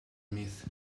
myth